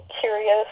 curious